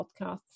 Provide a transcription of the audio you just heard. podcasts